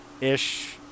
ish